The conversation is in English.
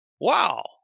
wow